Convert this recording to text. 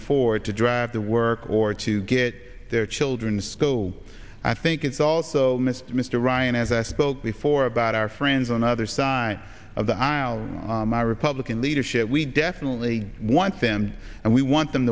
afford to drive to work or to get their children so i think it's also missed mr ryan as i spoke before about our friends on the other side of the aisle my republican leadership we definitely want them and we want them